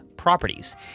properties